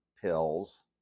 pills